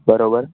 બરોબર